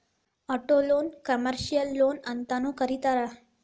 ಆಟೊಲೊನ್ನ ಕಮರ್ಷಿಯಲ್ ಲೊನ್ಅಂತನೂ ಕರೇತಾರ